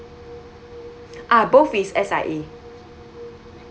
ah both is S_I_A